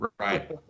right